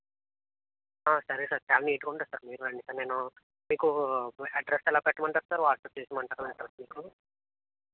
సరే సార్ చాలా నీట్గా ఉంటుంది సార్ మీరు రండి నేను మీకు అడ్రస్ ఎలా పెట్టమంటారు సార్ వాట్సాప్ చేయమంటారా అడ్రస్ మీకు